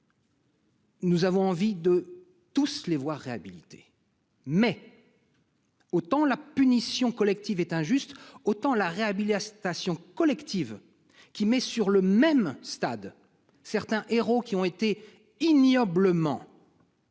Nous avons envie de tous les voir réhabiliter mais. Autant la punition collective est injuste. Autant la réhabilitation collective qui met sur le même stade. Certains héros qui ont été ignoblement.